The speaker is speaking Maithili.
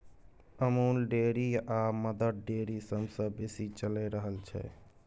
अमूल डेयरी आ मदर डेयरी सबसँ बेसी चलि रहल छै